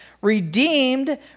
Redeemed